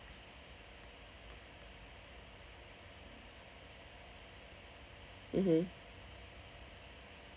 mmhmm